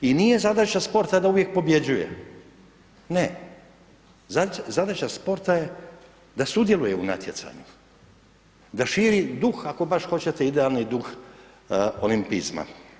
I nije zadaća sporta da uvijek pobjeđuje, ne, zadaća sporta je da sudjeluje u natjecanju, da širi duh, ako baš hoćete, ideali duh olimpizma.